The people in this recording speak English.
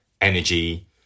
energy